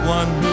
one